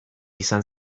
izan